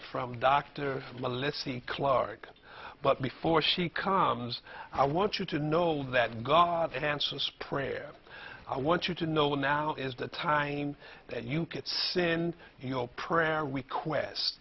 from dr leslie clark but before she comes i want you to know that god answers prayer i want you to know now is the time that you can send your prayer request